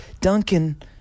Duncan